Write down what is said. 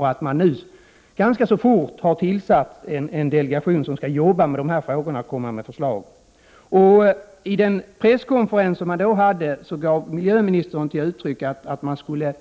Regeringen har nu ganska snabbt tillsatt en delegation som skall arbeta med dessa frågor och komma med förslag. Vid presskonferensen om delegationen gav miljöministern uttryck för att man skulle